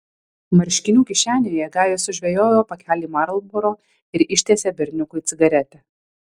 marškinių kišenėje gajus sužvejojo pakelį marlboro ir ištiesė berniukui cigaretę